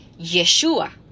Yeshua